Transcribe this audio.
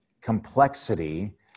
complexity